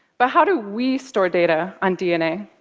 but how do we store data on dna?